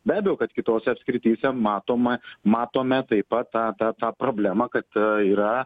be abejo kad kitose apskrityse matoma matome taip pat tą ta problema kad yra